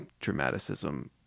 dramaticism